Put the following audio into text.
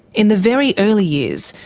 in the very early years,